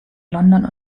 london